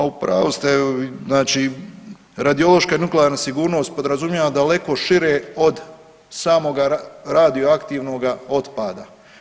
Ma u pravu ste, znači radiološka i nuklearna sigurnost podrazumijeva daleko šire od samoga radioaktivnoga otpada.